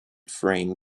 frame